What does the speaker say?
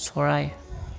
চৰাই